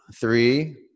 Three